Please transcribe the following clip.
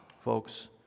folks